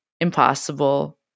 impossible